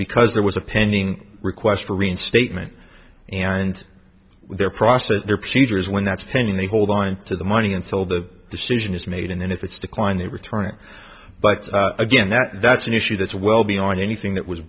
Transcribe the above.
because there was a pending request for reinstatement and their process their procedures when that's pending they hold on to the money until the decision is made and then if it's declined they return it but again that's an issue that's well beyond anything that was